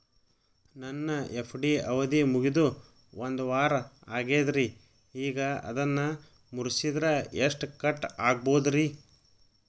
ನನ್ನ ಎಫ್.ಡಿ ಅವಧಿ ಮುಗಿದು ಒಂದವಾರ ಆಗೇದ್ರಿ ಈಗ ಅದನ್ನ ಮುರಿಸಿದ್ರ ಎಷ್ಟ ಕಟ್ ಆಗ್ಬೋದ್ರಿ?